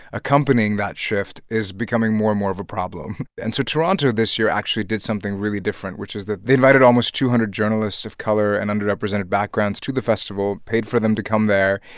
accompanying that shift is becoming more and more of a problem. and so toronto this year actually did something really different, which is that they invited almost two hundred journalists of color and underrepresented backgrounds to the festival, paid for them to come there,